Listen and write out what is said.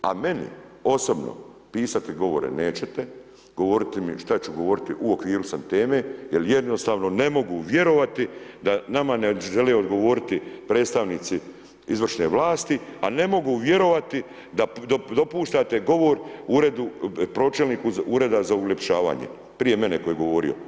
A meni osobno pisati govore nećete, govoriti mi što ću govoriti, u okviru sam teme jer jednostavno ne mogu vjerovati da nama ne žele odgovoriti predstavnici izvršne vlasti, a ne mogu vjerovati da dopuštate govor uredu, pročelniku ureda za uljepšavanje prije mene tko je govorio.